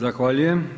Zahvaljujem.